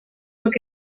look